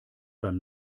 beim